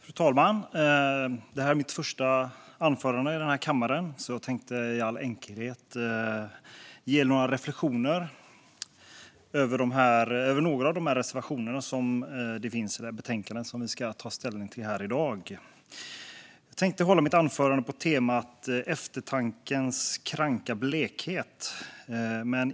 Fru talman! Det här är mitt första anförande i den här kammaren, så jag tänker i all enkelhet göra några reflektioner över några av de reservationer i betänkandet som vi ska ta ställning till här i dag. Jag tänker hålla mitt anförande på temat eftertankens kranka blekhet.